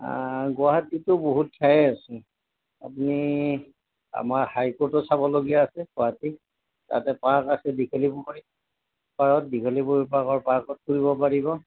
গুৱাহাটীততো বহুত ঠায়েই আছে আপুনি আমাৰ হাই ক'ৰ্টো চাবলগীয়া আছে গুৱাহাটী তাতে পাৰ্ক আছে দীঘলী পুখুৰী পাৰত দীঘলীপুখুৰী পাৰ্কত ফুৰিব পাৰিব